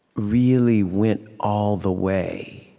really went all the way